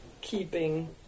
keeping